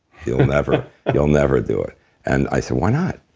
you'll never you'll never do it. and i said, why not?